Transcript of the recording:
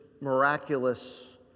miraculous